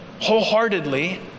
wholeheartedly